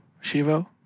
Shivo